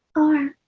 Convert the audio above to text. alright.